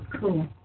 cool